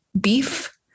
beef